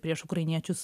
prieš ukrainiečius